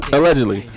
Allegedly